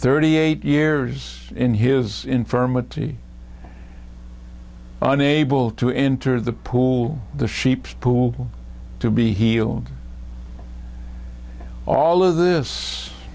thirty eight years in his infirmity unable to enter the pool the sheep pool to be healed all of this